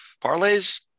Parlays